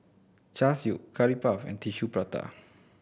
Char Siu Curry Puff and Tissue Prata